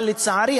אבל לצערי,